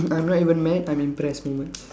I'm not even mad I'm impressed woman